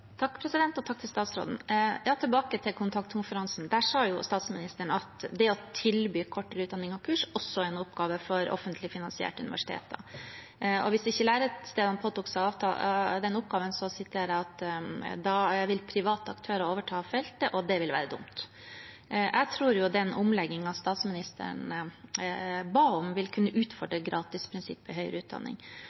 Takk til statsråden. Tilbake til kontaktkonferansen. Der sa statsministeren at det å tilby kortere utdanning og kurs også er en oppgave for offentlig finansierte universiteter. Hvis ikke lærestedene påtok seg den oppgaven – og jeg siterer – «vil private aktører ta over dette feltet, og det vil være dumt». Jeg tror den omleggingen statsministeren ba om, vil kunne utfordre gratisprinsippet i høyere utdanning.